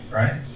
right